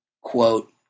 quote